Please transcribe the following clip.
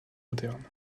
modernes